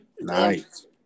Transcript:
Nice